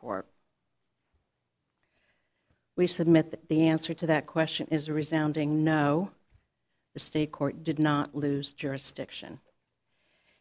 court we submit that the answer to that question is resoundingly no the state court did not lose jurisdiction